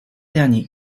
dernier